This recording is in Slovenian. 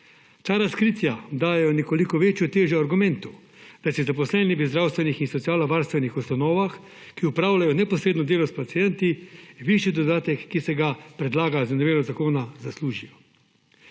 Ta razkritja dajejo nekoliko večjo težo argumentu, da si zaposleni v zdravstvenih in socialnovarstvenih ustanovah, ki opravljajo neposredno delo s pacienti, višji dodatek, ki se ga predlaga z novelo zakona, zaslužijo.